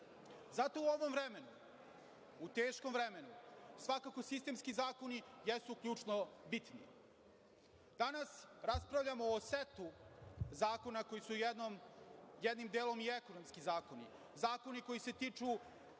Zato u ovom vremenu, u teškom vremenu, svakako sistemski zakoni jesu ključno bitni. Danas raspravljamo o setu zakona koji su jednim delom i ekonomski zakoni, zakoni koji se tiču